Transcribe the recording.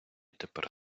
тепер